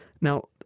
Now